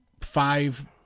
five